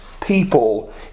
people